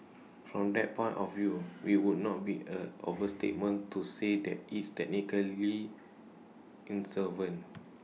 from that point of view IT would not be A overstatement to say that is technically insolvent